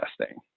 testing